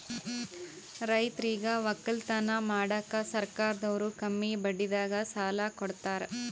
ರೈತರಿಗ್ ವಕ್ಕಲತನ್ ಮಾಡಕ್ಕ್ ಸರ್ಕಾರದವ್ರು ಕಮ್ಮಿ ಬಡ್ಡಿದಾಗ ಸಾಲಾ ಕೊಡ್ತಾರ್